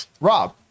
Rob